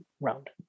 round